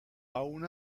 aun